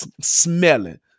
Smelling